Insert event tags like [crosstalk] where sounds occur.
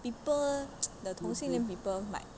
people [noise] the 同性恋 people might